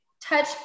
touch